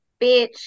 bitch